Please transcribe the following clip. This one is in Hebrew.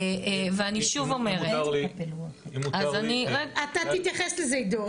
אם מותר לי --- אתה תתייחס לזה עידו,